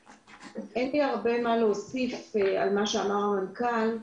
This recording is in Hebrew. אין לי הרבה מה להוסיף על מה שאמר המנכ"ל,